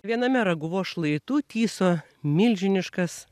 viename raguvos šlaitų tyso milžiniškas